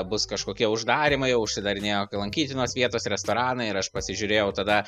bus kažkokie uždarymai jau užsidarinėjo lankytinos vietos restoranai ir aš pasižiūrėjau tada